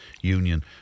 union